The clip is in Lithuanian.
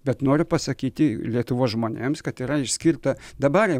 bet noriu pasakyti lietuvos žmonėms kad yra išskirta dabar jau